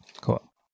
Cool